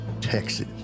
Texas